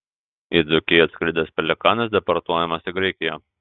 į dzūkiją atskridęs pelikanas deportuojamas į graikiją